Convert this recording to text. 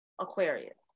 aquarius